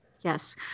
Yes